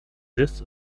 this